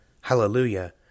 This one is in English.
Hallelujah